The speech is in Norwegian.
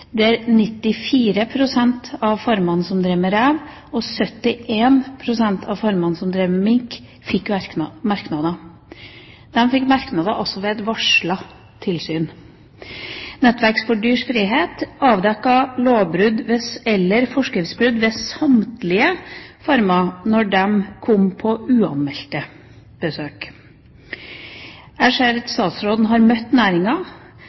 der 94 pst. av farmene som drev med rev, og 71 pst. av farmene som drev med mink, fikk merknader. De fikk altså merknader ved et varslet tilsyn. Nettverk for dyrs frihet avdekket lovbrudd eller forskriftsbrudd ved samtlige farmer når de kom på uanmeldte besøk. Jeg ser at statsråden har møtt næringa,